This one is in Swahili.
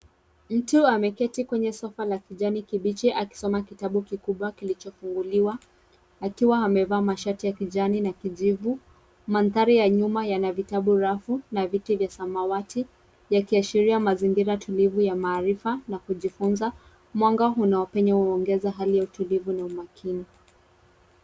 Mtu ameketi kwenye sofa la kijani kibichi akisoma kitabu kikubwa kilichofunguliwa akiwa amevaa mashati ya kijani na kijivu. Mandhari ya nyuma yana vitabu rafu na viti vya samawati yakiashiria mazingira tulivu ya maarifa na kujifunza. Mwanga unaopenya huongeza hali ya utulivu na umakini.